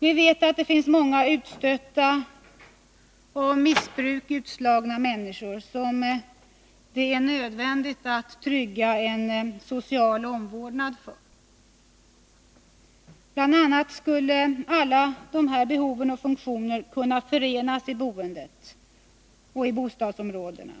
Vi vet att det finns många utstötta och av missbruk utslagna människor, som det är nödvändigt att trygga en social omvårdnad för. Alla dessa behov och ”funktioner” skulle bl.a. kunna förenas i boendet och i bostadsområdena.